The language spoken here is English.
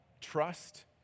trust